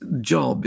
job